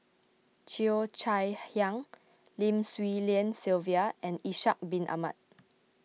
Cheo Chai Hiang Lim Swee Lian Sylvia and Ishak Bin Ahmad